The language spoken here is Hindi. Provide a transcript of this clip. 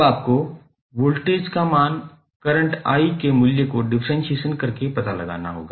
अब आपको वोल्टेज का मान करंट i के मूल्य को डिफ्रेंसिअशन करके पता लगाना होगा